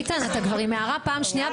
ביטן, הערתי לך פעם שנייה.